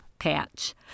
patch